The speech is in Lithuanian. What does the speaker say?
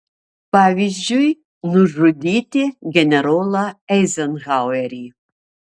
pavyzdžiui nužudyti generolą eizenhauerį